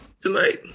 tonight